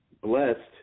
blessed